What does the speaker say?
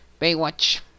Baywatch